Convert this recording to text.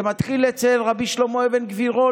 זה מתחיל אצל רבי שלמה אבן גבירול,